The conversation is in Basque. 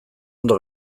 ondo